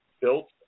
built